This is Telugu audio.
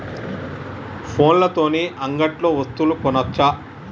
ఫోన్ల తోని అంగట్లో వస్తువులు కొనచ్చా?